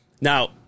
Now